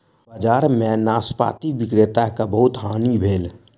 बजार में नाशपाती विक्रेता के बहुत हानि भेल